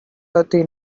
thirty